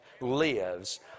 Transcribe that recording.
lives